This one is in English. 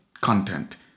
content